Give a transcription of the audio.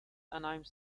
anime